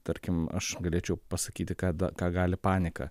tarkim aš galėčiau pasakyti kad ką gali panika